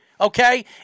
okay